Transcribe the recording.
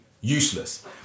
useless